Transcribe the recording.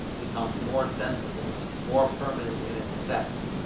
becomes more sensible, more permanent in its effects,